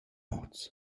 hoz